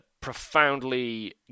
profoundly